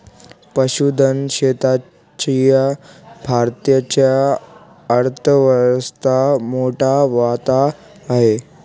पशुधन शेतीचा भारताच्या अर्थव्यवस्थेत मोठा वाटा आहे